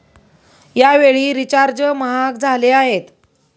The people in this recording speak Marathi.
यावेळी रिचार्ज महाग झाले आहेत